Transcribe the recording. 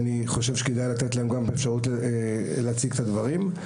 כדאי לתת להם גם את האפשרות להציג את הדברים.